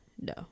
No